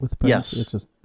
Yes